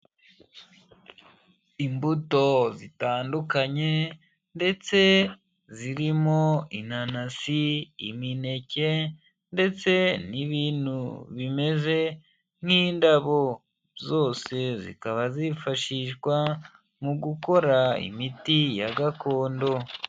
Imbuto zitandukanye ndetse zirimo inanasi imineke ndetse n'ibintu bimeze nk'indabo, zose zikaba zifashishwa mu gukora imiti ya gakondo.